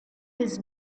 his